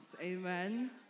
Amen